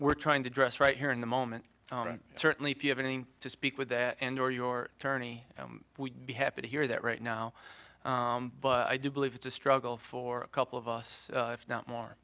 we're trying to address right here in the moment certainly if you have any to speak with that and or your attorney would be happy to hear that right now but i do believe it's a struggle for a couple of us if not more